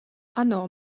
ano